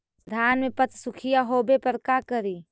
धान मे पत्सुखीया होबे पर का करि?